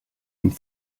und